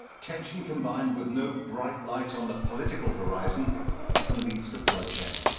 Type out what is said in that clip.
tension combined with no bright light on the political horizon often leads to bloodshed.